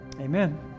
Amen